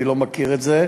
אני לא מכיר את זה.